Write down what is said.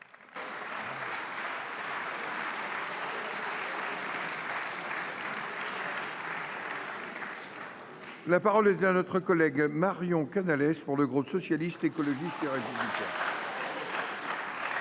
La parole est à Mme Marion Canalès, pour le groupe Socialiste, Écologiste et Républicain.